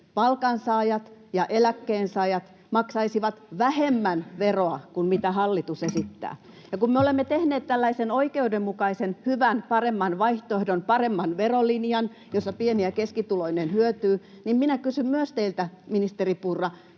palkansaajat ja eläkkeensaajat maksaisivat vähemmän veroa kuin mitä hallitus esittää. Ja kun me olemme tehneet tällaisen oikeudenmukaisen, hyvän, paremman vaihtoehdon, paremman verolinjan, jossa pieni- ja keskituloinen hyötyvät, niin minä kysyn myös teiltä, ministeri Purra: